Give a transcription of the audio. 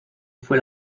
fue